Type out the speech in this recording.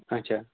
اچھا